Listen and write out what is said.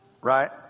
Right